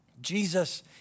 Jesus